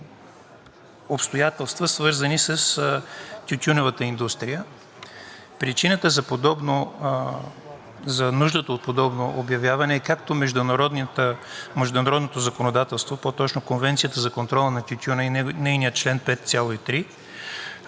обстоятелства, свързани с тютюневата индустрия. Причината за нуждата от подобно обявяване е както международното законодателство, по-точно Конвенцията за контрол на тютюна и нейния чл. 5.3,